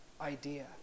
idea